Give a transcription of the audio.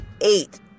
Eight